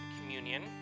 communion